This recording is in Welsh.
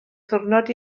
ddiwrnod